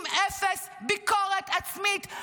עם אפס ביקורת עצמית,